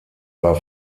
war